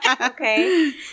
Okay